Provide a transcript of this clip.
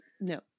No